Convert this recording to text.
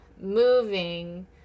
moving